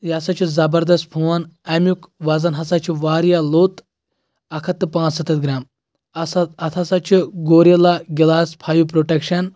یہِ ہسا چھُ زَبردست فون اَمیُک وَزن ہسا چھُ واریاہ لوٚت اکھ ہَتھ تہٕ پانٛژھ سَتَتھ گرام است اَتھ ہسا چھُ گوریٖلا گِلاس فایِو پروٹیٚکشن